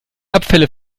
abfälle